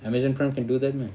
amazon prime can do that meh